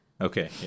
Okay